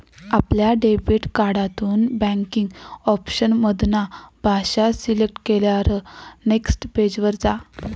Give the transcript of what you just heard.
आपल्या डेबिट कार्डातून banking option मधना भाषा सिलेक्ट केल्यार नेक्स्ट पेज वर जा